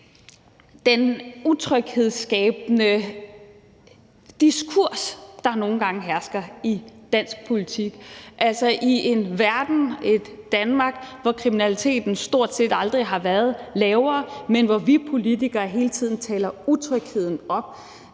den utryghedsskabende diskurs, der nogle gange hersker i dansk politik. Altså i en verden, i et Danmark, hvor kriminaliteten stort set aldrig har været lavere, men hvor vi politikere hele tiden taler utrygheden op,